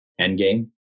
Endgame